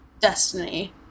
Destiny